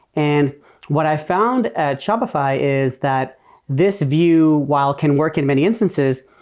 and what i found at shopify is that this view, while can work in many instances,